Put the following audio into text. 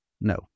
No